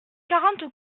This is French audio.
quarante